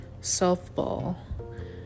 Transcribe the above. softball